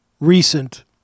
recent